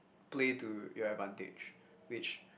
play to your advantage which